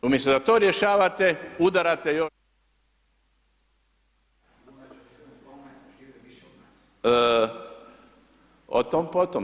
Umjesto da to rješavate, udarate još … [[Upadica se ne čuje.]] o tom potom.